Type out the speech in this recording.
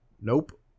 Nope